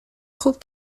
خوب